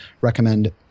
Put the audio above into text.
recommend